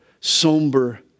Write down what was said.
somber